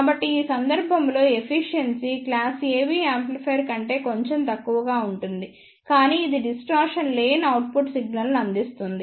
కాబట్టి ఈ సందర్భంలో ఎఫిషియెన్సీ క్లాస్ AB యాంప్లిఫైయర్ కంటే కొంచెం తక్కువగా ఉంటుంది కానీ ఇది డిస్టార్షన్ లేని అవుట్పుట్ సిగ్నల్ను అందిస్తుంది